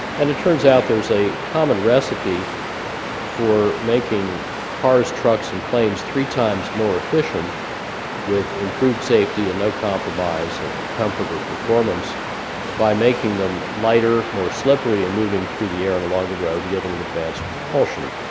and it turns out there's a common recipe for making cars, trucks and planes three times more efficient with improved safety, and no compromise of comfort or performance by making them lighter, more slippery, and moving through the air and along the road, and giving them advanced propulsion.